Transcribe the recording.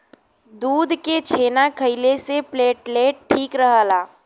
दूध के छेना खइले से प्लेटलेट ठीक रहला